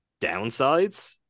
downsides